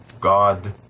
God